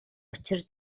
учир